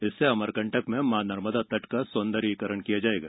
इससे अमरकंटक में माँ नर्मदा तट का सौन्दर्यीकरण किकया जाएगा